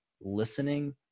listening